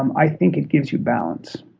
um i think it gives you balance.